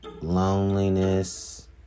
loneliness